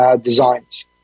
designs